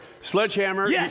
Sledgehammer